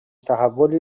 تحولی